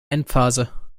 endphase